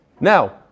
Now